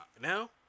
now